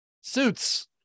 suits